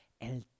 el